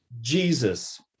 jesus